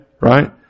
right